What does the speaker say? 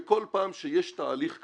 בכל פעם שיש תהליך כזה,